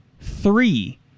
three